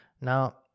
now